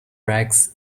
rags